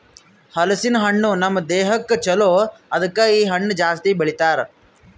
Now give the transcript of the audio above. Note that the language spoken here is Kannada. ಹಲಸಿನ ಹಣ್ಣು ನಮ್ ದೇಹಕ್ ಛಲೋ ಅದುಕೆ ಇ ಹಣ್ಣು ಜಾಸ್ತಿ ಬೆಳಿತಾರ್